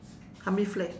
how many flags